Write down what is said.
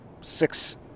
six